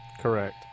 Correct